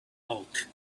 bulk